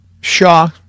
Shaw